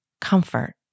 comfort